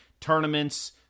tournaments